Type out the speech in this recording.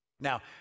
Now